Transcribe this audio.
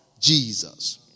Jesus